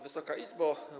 Wysoka Izbo!